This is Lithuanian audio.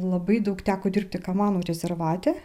labai daug teko dirbti kamanų rezervate